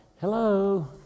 hello